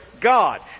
God